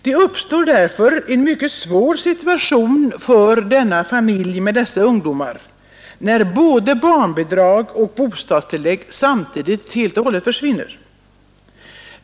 Det uppstår därför en mycket svår situation för familjer med ungdomar när både barnbidrag och bostadstillägg samtidigt helt och hållet försvinner.